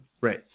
Right